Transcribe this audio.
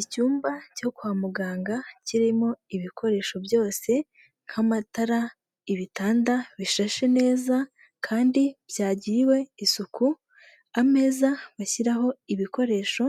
Icyumba cyo kwa muganga kirimo ibikoresho byose nk'amatara, ibitanda bishashe neza kandi byagiriwe isuku, ameza bashyiraho ibikoresho,